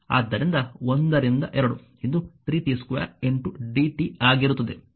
ಆದ್ದರಿಂದ 1 ರಿಂದ 2 ಇದು 3t 2 dt ಆಗಿರುತ್ತದೆ